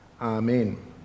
Amen